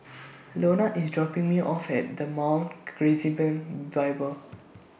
Lonna IS dropping Me off At The Mount Gerizim Bible